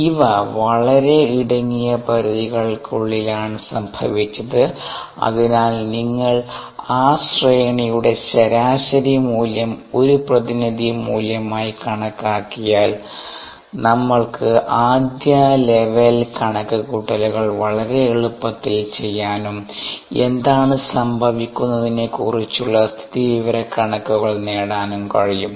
ഇവ വളരെ ഇടുങ്ങിയ പരിധിക്കുള്ളിലാണ് സംഭവിച്ചത് അതിനാൽ നിങ്ങൾ ആ ശ്രേണിയുടെ ശരാശരി മൂല്യം ഒരു പ്രതിനിധി മൂല്യമായി കണക്കാക്കിയാൽ നമ്മൾക്ക് ആദ്യ ലെവൽ കണക്കുകൂട്ടലുകൾ വളരെ എളുപ്പത്തിൽ ചെയ്യാനും എന്താണ് സംഭവിക്കുന്നതെന്നതിനെക്കുറിച്ചുള്ള സ്ഥിതിവിവരക്കണക്കുകൾ നേടാനും കഴിയും